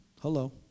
Hello